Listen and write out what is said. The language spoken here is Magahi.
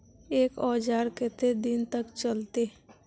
एक औजार केते दिन तक चलते?